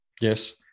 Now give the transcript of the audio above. Yes